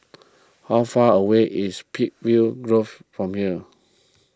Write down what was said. how far away is Peakville Grove from here